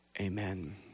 Amen